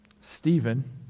Stephen